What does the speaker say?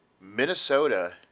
Minnesota